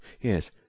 Yes